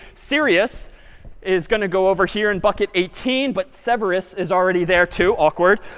sirius is going to go over here in bucket eighteen. but severus is already there too. awkward.